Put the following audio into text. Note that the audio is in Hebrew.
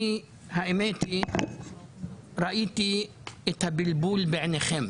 האמת היא שראיתי את הבלבול בעיניכם.